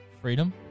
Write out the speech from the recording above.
Freedom